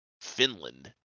finland